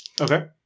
Okay